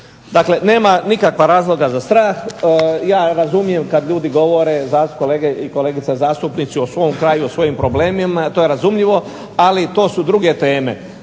Dakle, nema nikakva razloga za strah. Ja razumijem kad ljudi govore, kolege i kolegice zastupnici o svom kraju, o svojim problemima, to je razumljivo, ali to su druge teme.